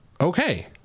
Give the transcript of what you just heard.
Okay